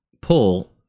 pull